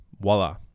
voila